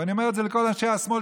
ואני אומר את זה לכל אנשי השמאל,